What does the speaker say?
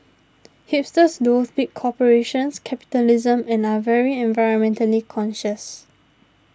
hipsters loath big corporations capitalism and are very environmentally conscious